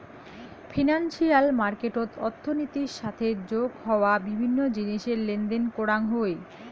financial মার্কেটত অর্থনীতির সাথে যোগ হওয়া বিভিন্ন জিনিসের লেনদেন করাং হই